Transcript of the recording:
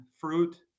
fruit